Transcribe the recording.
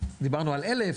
דיברנו על 1000,